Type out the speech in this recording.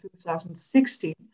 2016